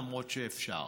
למרות שאפשר.